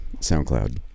Soundcloud